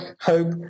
hope